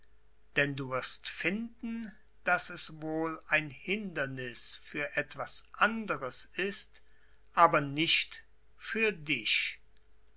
denn du wirst finden daß es wohl ein hinderniß für etwas anderes ist aber nicht für dich